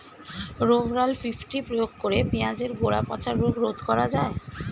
Rovral fifty প্রয়োগ করে পেঁয়াজের গোড়া পচা রোগ রোধ করা যায়?